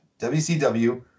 WCW